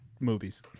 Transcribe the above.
movies